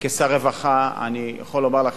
כשר רווחה אני יכול לומר לכם,